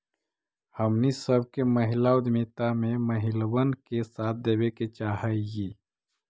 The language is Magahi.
हमनी सब के महिला उद्यमिता में महिलबन के साथ देबे के चाहई